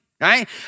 right